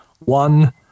One